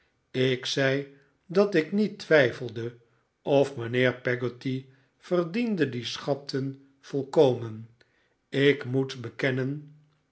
ik zei dat ik niet twijfelde of mijnheer peggotty verdiende die schatten volkomen ik moet bekennen